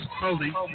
Holding